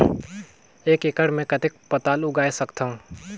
एक एकड़ मे कतेक पताल उगाय सकथव?